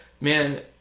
man